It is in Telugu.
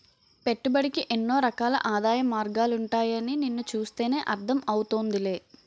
పెట్టుబడికి ఎన్నో రకాల ఆదాయ మార్గాలుంటాయని నిన్ను చూస్తేనే అర్థం అవుతోందిలే